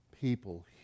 people